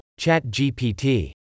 ChatGPT